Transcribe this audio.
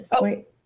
wait